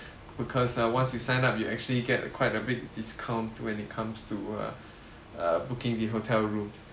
because uh once you sign up you actually get uh quite a big discount when it comes to uh uh booking the hotel rooms